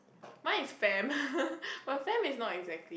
mine is fam but fam is not exactly